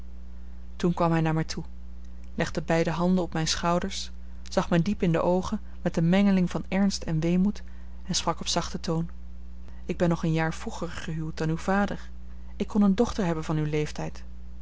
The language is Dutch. toen kwam hij naar mij toe legde beide handen op mijne schouders zag mij diep in de oogen met eene mengeling van ernst en weemoed en sprak op zachten toon ik ben nog een jaar vroeger gehuwd dan uw vader ik kon eene dochter hebben van uw leeftijd